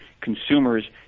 consumers